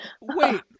Wait